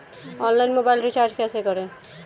Online mobile recharge कैसे करें?